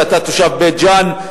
אתה תושב בית-ג'ן,